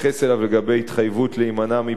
לגבי התחייבות להימנע מפעילות,